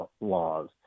laws